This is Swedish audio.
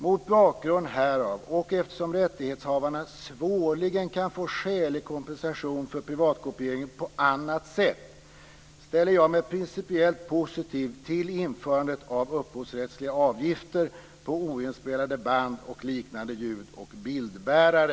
Mot bakgrund härav, och eftersom rättighetshavarna svårligen kan få skälig kompensation för privatkopieringen på annat sätt, ställer jag mig principiellt positiv till införandet av upphovsrättsliga avgifter på oinspelade band och liknande ljud och bildbärare."